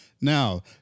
Now